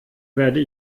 werde